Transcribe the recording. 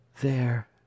There